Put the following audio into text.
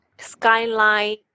skyline